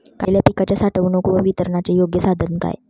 काढलेल्या पिकाच्या साठवणूक व वितरणाचे योग्य साधन काय?